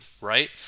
right